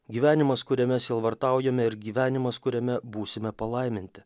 gyvenimas kuriame sielvartaujame ir gyvenimas kuriame būsime palaiminti